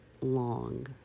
long